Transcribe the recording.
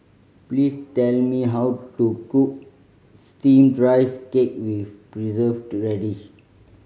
please tell me how to cook Steamed Rice Cake with Preserved Radish